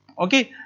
ok?